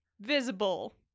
visible